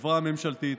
בחברה הממשלתית.